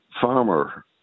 farmer